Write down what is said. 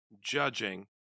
judging